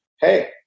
Hey